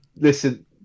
Listen